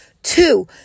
Two